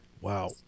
Wow